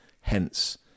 hence